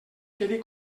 quedi